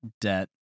debt